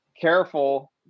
careful